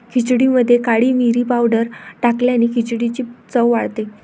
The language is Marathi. खिचडीमध्ये काळी मिरी पावडर टाकल्याने खिचडीची चव वाढते